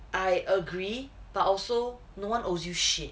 I agree but also no one owes you shit